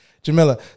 Jamila